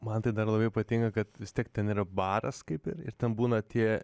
man tai dar labai patinka kad vis tiek ten yra baras kaip ir ir ten būna tie